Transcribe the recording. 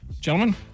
gentlemen